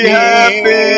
happy